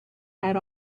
had